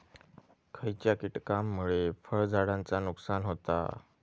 खयच्या किटकांमुळे फळझाडांचा नुकसान होता?